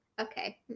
Okay